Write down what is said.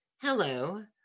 Hello